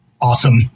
awesome